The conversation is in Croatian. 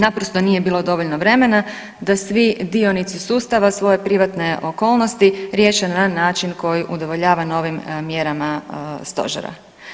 Naprosto nije bilo dovoljno vremena da svi dionici sustava svoje privatne okolnosti riješe na način koji udovoljava novim mjerama stožera.